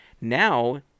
Now